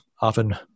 often